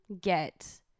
get